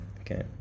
okay